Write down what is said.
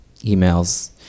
emails